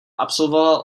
absolvoval